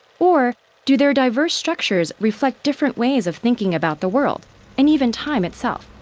or do their diverse structures reflect different ways of thinking about the world and even time itself?